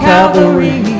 Calvary